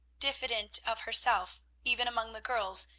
diffident of herself, even among the girls,